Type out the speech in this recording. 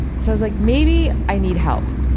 so i was like maybe i need help.